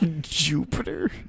Jupiter